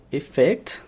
effect